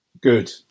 good